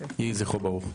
יהי זכרו ברוך.